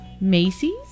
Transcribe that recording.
Macy's